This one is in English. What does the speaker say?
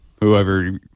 Whoever